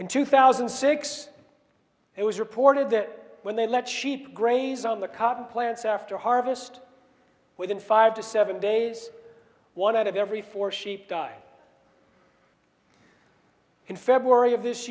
in two thousand and six it was reported that when they let sheep graze on the cotton plants after harvest within five to seven days one out of every four sheep die in february of this